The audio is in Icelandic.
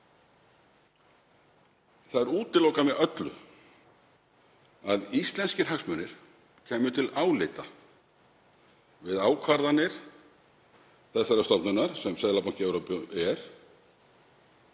Það er útilokað með öllu að íslenskir hagsmunir kæmu til álita við ákvarðanir þeirrar stofnunar sem Seðlabanki Evrópu er